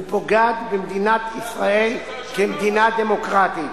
ופוגעת במדינת ישראל כמדינה דמוקרטית,